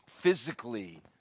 physically